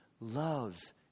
loves